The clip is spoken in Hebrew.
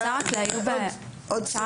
יש לי הערה לסעיף